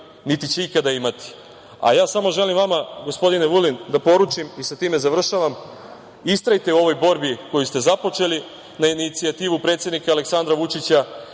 niti će ikada imati. Samo želim vama, gospodine Vulin, da poručim i sa time završavam, istrajte u ovoj borbi koju ste započeli na inicijativu predsednika Aleksandra Vučića,